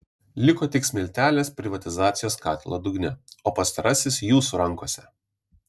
liko tik smiltelės privatizacijos katilo dugne o pastarasis jūsų rankose